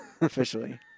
officially